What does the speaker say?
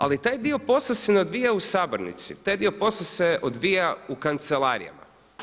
Ali taj dio posla se ne odvija u sabornici, taj dio posla se odvija u kancelarijama.